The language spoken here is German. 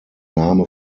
name